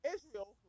Israel